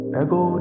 ego